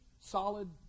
solid